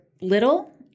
little